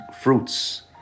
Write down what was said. fruits